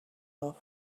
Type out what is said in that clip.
love